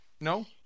No